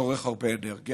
צורך הרבה אנרגיה,